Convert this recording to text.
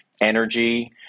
energy